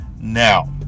now